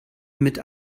mit